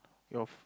your f~